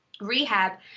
rehab